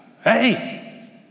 hey